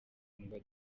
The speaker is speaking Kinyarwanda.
kundwa